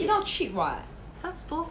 it not cheap [what]